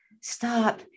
stop